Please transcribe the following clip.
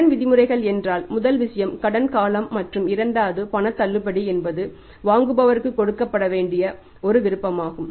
கடன் விதிமுறைகள் என்றால் முதல் விஷயம் கடன் காலம் மற்றும் இரண்டாவது பண தள்ளுபடி என்பது வாங்குபவருக்கு கொடுக்கப்பட்ட ஒரு விருப்பமாகும்